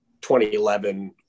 2011